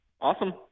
Awesome